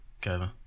Kevin